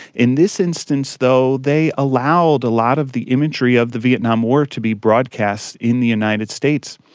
in this instance though they allowed a lot of the imagery of the vietnam war to be broadcast in the united states,